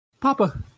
Papa